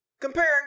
Comparing